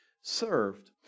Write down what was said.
served